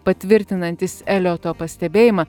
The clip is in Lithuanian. patvirtinantis elioto pastebėjimą